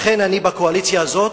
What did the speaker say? לכן אני בקואליציה הזאת,